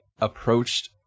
approached